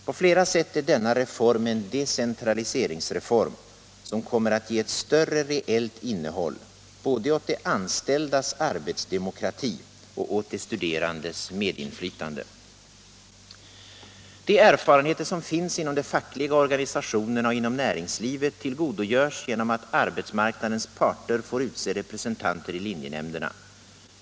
På flera sätt är denna reform en decentraliseringsreform, som kommer att ge ett större reellt innehåll både åt de anställdas arbetsdemokrati och åt de studerandes medinflytande. De erfarenheter som finns inom de fackliga organisationerna och inom näringslivet tillgodogörs genom att arbetsmarknadens parter får utse representanter i linjenämnderna.